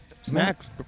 Snacks